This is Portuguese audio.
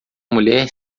mulher